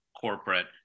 corporate